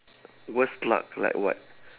worst luck like what